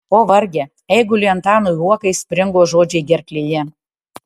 o varge eiguliui antanui uokai springo žodžiai gerklėje